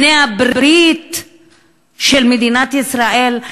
בני-הברית של מדינת ישראל.